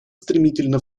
стремительно